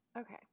Okay